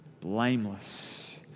Blameless